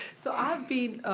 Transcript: so i've been,